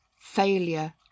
Failure